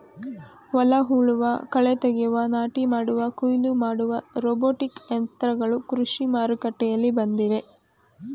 ಹೊಲ ಉಳುವ, ಕಳೆ ತೆಗೆಯುವ, ನಾಟಿ ಮಾಡುವ, ಕುಯಿಲು ಮಾಡುವ ರೋಬೋಟಿಕ್ ಯಂತ್ರಗಳು ಕೃಷಿ ಮಾರುಕಟ್ಟೆಯಲ್ಲಿ ಬಂದಿವೆ